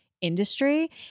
industry